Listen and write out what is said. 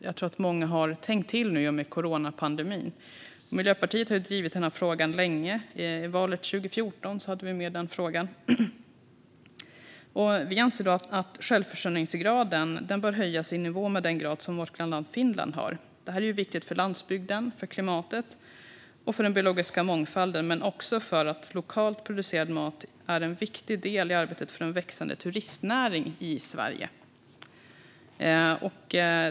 Jag tror att många har tänkt till nu i och med coronapandemin. Miljöpartiet har drivit denna fråga länge. I valet 2014 hade vi med den. Vi anser att självförsörjningsgraden bör höjas till den nivå av självförsörjningsgrad som vårt grannland Finland har. Det är viktigt för landsbygden, för klimatet och för den biologiska mångfalden men också för att lokalt producerad mat är en viktig del i arbetet för en växande turistnäring i Sverige.